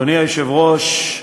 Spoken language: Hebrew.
אדוני היושב-ראש,